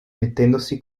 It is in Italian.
mettendosi